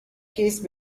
case